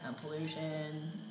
pollution